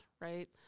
right